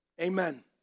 Amen